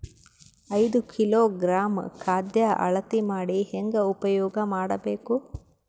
ಐದು ಕಿಲೋಗ್ರಾಂ ಖಾದ್ಯ ಅಳತಿ ಮಾಡಿ ಹೇಂಗ ಉಪಯೋಗ ಮಾಡಬೇಕು?